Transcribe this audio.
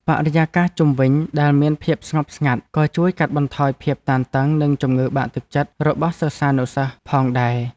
បរិយាកាសជុំវិញដែលមានភាពស្ងប់ស្ងាត់ក៏ជួយកាត់បន្ថយភាពតានតឹងនិងជំងឺបាក់ទឹកចិត្តរបស់សិស្សានុសិស្សផងដែរ។